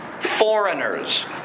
foreigners